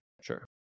Sure